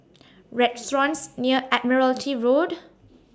restaurants near Admiralty Road